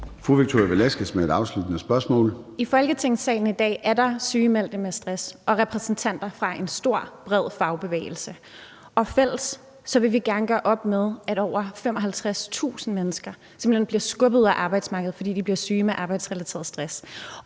Victoria Velasquez (EL): I Folketingssalen i dag er der sygemeldte med stress og repræsentanter fra en stor, bred fagbevægelse, og fælles vil vi gerne gøre op med, at over 55.000 mennesker simpelt hen bliver skubbet ud af arbejdsmarkedet, fordi de bliver syge med arbejdsrelateret stress,